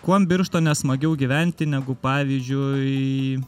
kuom birštone smagiau gyventi negu pavyzdžiui